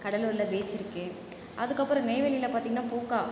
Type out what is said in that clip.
கடலூரில் பீச் இருக்குது அதுக்கப்புறம் நெய்வேலியில் பார்த்திங்கன்னா பூங்கா